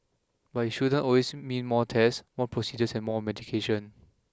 but it shouldn't always mean more tests more procedures and more medication